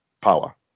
power